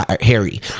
harry